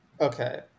Okay